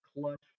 clutch